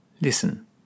Listen